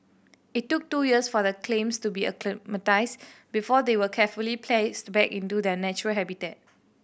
it took two years for the clams to be acclimatised before they were carefully placed back into their natural habitat